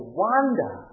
wonder